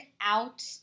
out